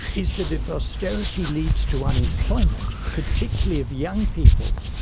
is that if ah austerity leads to unemployment, particularly of young people,